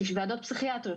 ועדות פסיכיאטריות,